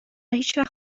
هیچوقت